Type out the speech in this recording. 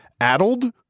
addled